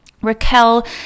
Raquel